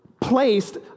placed